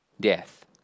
death